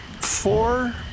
four